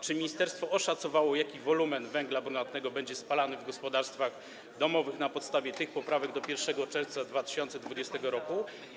Czy ministerstwo oszacowało, jaki wolumen węgla brunatnego będzie spalany w gospodarstwach domowych na podstawie tych poprawek do 1 czerwca 2020 r.